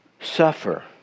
suffer